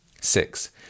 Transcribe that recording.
Six